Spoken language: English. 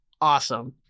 awesome